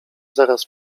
zaraz